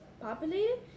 populated